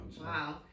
Wow